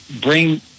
Bring